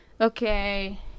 Okay